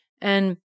And-